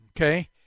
Okay